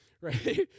right